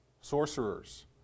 sorcerers